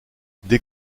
des